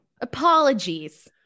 Apologies